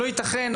לא יתכן,